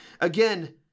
Again